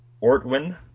Ortwin